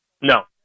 No